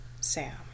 Sam